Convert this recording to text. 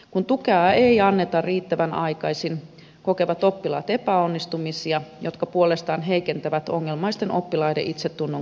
kun tukea ei anneta riittävän aikaisin kokevat oppilaat epäonnistumisia jotka puolestaan heikentävät ongelmaisten oppilaiden itsetunnon kehitystä